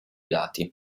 dati